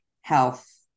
health